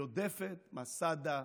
/ יודֶפֶת, מסדה,